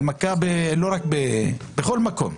זה מכה בכל מקום.